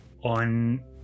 on